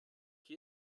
qui